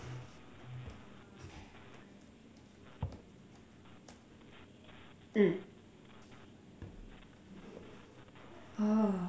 mm oh